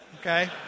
okay